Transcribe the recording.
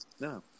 No